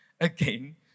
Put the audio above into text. again